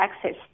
access